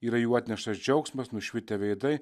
yra jų atneštas džiaugsmas nušvitę veidai